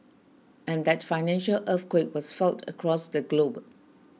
and that financial earthquake was felt across the globe